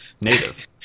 native